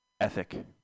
ethic